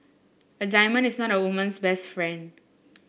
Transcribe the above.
a diamond is not a woman's best friend